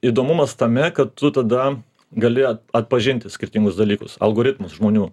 įdomumas tame kad tu tada gali atpažinti skirtingus dalykus algoritmus žmonių